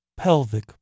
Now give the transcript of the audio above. Pelvic